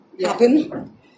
happen